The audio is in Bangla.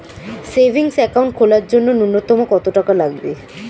সেভিংস একাউন্ট খোলার জন্য নূন্যতম কত টাকা লাগবে?